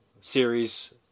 series